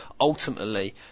ultimately